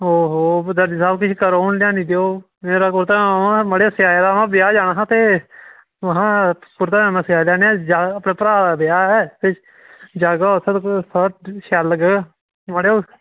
ते ओहो दर्जी साहब किश करो आं लेई आनी देओ आं मेरा कपरता नमां हा सेआये दा हा ते ब्याह् जाना हा ते कुरता पाजामा सेआई लैने आं अपने भ्रा दा ब्याह् ऐ ते जैसा शैल लग्गग मड़ेओ